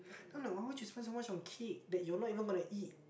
then why you spend so much on cake that you're not even gonna eat